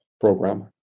program